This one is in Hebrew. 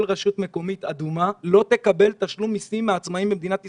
כל רשות מקומית אדומה לא תקבל תשלום מסים מהעצמאיים במדינת ישראל.